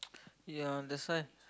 ya that's why